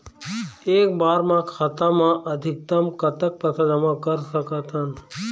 एक बार मा खाता मा अधिकतम कतक पैसा जमा कर सकथन?